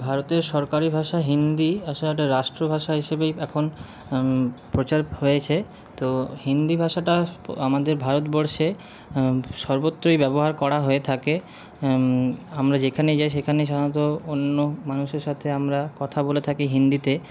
ভারতের সরকারি ভাষা হিন্দি আসলে এটা রাষ্ট্রভাষা হিসাবেই এখন প্রচার হয়েছে তো হিন্দি ভাষাটা আমাদের ভারতবর্ষে সর্বত্রই ব্যবহার করা হয়ে থাকে আমরা যেখানেই যাই সেখানে সাধারণত অন্য মানুষের সাথে আমরা কথা বলে থাকি হিন্দিতে